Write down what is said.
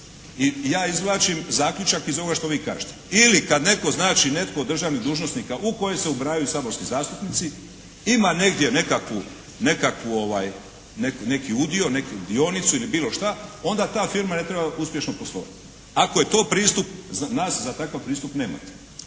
i ja izvlačim zaključak iz ovoga što vi kažete, ili kada netko znači netko od državnih dužnosnika u koje se ubrajaju saborski zastupnici ima negdje nekakvu, nekakvu, neki udio, neku dionicu ili bilo šta onda ta firma ne treba uspješno poslovati. Ako je to pristup, za nas za takav pristup nemate.